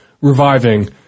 reviving